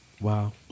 Wow